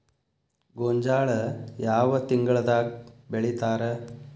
ಗೋಂಜಾಳ ಯಾವ ತಿಂಗಳದಾಗ್ ಬೆಳಿತಾರ?